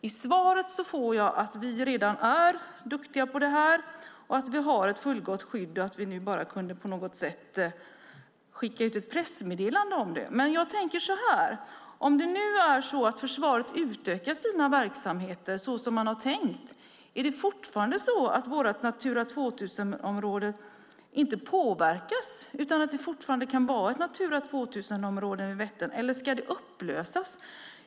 I svaret får jag veta att vi redan är duktiga på det här, att vi har ett fullgott skydd och att vi nu bara kan skicka ut ett pressmeddelande om det. Jag tänker så här: Är det fortfarande så att våra Natura 2000-områden inte påverkas om försvaret utökar sina verksamheter, såsom man har tänkt, utan att det fortfarande kan vara ett Natura 2000-område vid Vättern? Eller ska det upplösas?